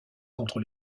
contre